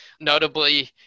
Notably